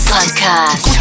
Podcast